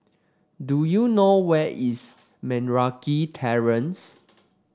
do you know where is Meragi Terrace